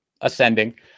ascending